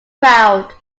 proud